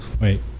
Wait